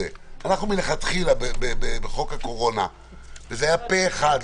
מלכתחילה בחוק הקורונה אנחנו וזה היה פה אחד,